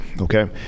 Okay